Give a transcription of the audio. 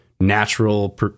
natural